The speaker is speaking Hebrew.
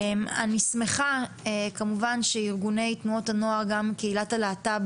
אני שמחה שארגוני תנועות הנוער וגם קהילת הלהט"ב